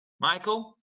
Michael